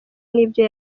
n’ibyo